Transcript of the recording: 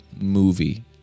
movie